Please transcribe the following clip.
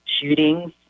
shootings